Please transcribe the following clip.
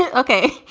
yeah ok.